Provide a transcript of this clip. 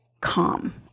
calm